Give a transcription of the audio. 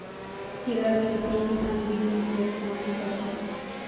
कीड़ार खेती किसान बीजनिस्सेर तने कर छे